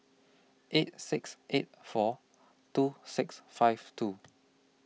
eight six eight four two six five two